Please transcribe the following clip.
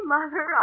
Mother